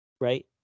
Right